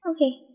Okay